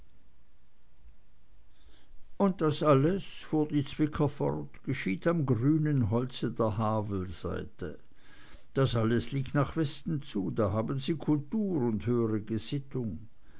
und das alles fuhr die zwicker fort geschieht am grünen holz der havelseite das alles liegt nach westen zu da haben sie kultur und höhere gesittung